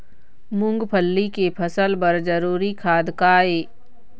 मूंगफली के फसल बर जरूरी खाद का ये?